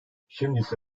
şimdiyse